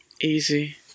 Easy